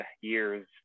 years